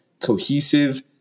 cohesive